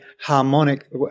harmonic